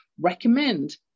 recommend